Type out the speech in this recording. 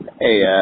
Hey